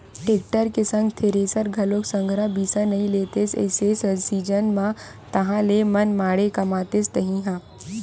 tractor के संग thresher घलोक संघरा बिसा नइ लेतेस एसो सीजन म ताहले मनमाड़े कमातेस तही ह